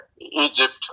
Egypt